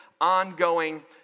ongoing